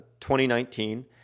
2019